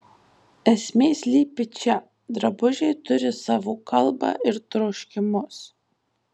esmė slypi čia drabužiai turi savo kalbą ir troškimus